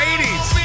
80s